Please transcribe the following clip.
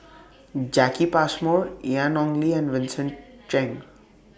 Jacki Passmore Ian Ong Li and Vincent Cheng